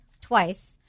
twice